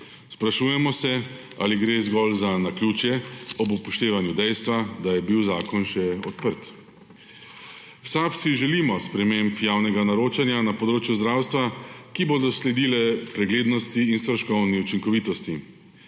Sprašujemo se, ali gre zgolj za naključje, ob upoštevanju dejstva, da je bil zakon še odprt. V SAB si želimo sprememb javnega naročanja na področju zdravstva, ki bodo sledile preglednosti in stroškovni učinkovitosti,